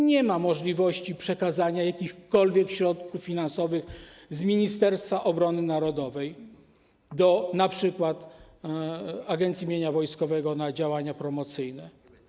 Nie ma możliwości przekazania jakichkolwiek środków finansowych z Ministerstwa Obrony Narodowej do np. Agencji Mienia Wojskowego na działania promocyjne.